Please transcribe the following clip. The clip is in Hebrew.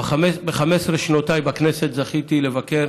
ב-15 שנותיי בכנסת זכיתי לבקר